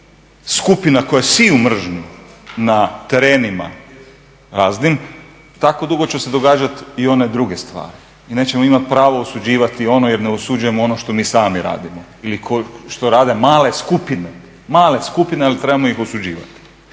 skupina koje siju mržnju na terenima raznim, tako dugo će se događati i one druge stvari i nećemo imati pravo osuđivati ono jer ne osuđujemo ono što mi sami radimo i što rade male skupine, male skupine, ali trebamo ih osuđivati.